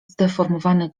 zdeformowany